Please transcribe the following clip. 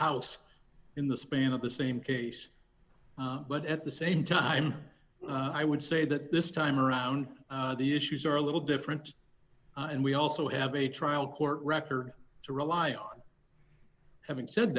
house in the span of the same case but at the same time i would say that this time around the issues are a little different and we also have a trial court record to rely on having said